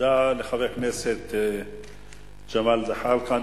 תודה לחבר הכנסת ג'מאל זחאלקה.